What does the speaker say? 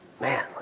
man